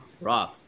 Rob